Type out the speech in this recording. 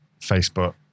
Facebook